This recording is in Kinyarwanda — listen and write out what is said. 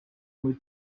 muri